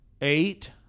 eight